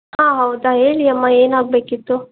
ಹಾಂ ಹೌದಾ ಹೇಳಿ ಅಮ್ಮ ಏನಾಗಬೇಕಿತ್ತು